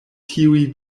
tiuj